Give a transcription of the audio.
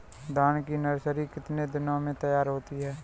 धान की नर्सरी कितने दिनों में तैयार होती है?